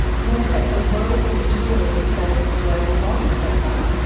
well, that's a whirlwind tour of the state of the global body so far,